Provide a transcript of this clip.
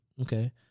Okay